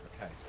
Okay